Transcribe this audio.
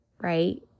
right